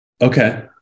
Okay